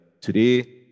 today